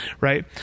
right